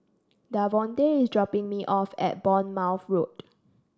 Davonte is dropping me off at Bournemouth Road